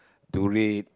to read